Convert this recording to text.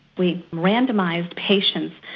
we randomised patients,